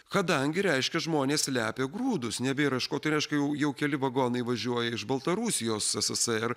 kadangi reiškia žmonės slepia grūdus nebėra iš ko reiškia jau jau keli vagonai važiuoja iš baltarusijos ssr